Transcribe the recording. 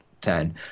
ten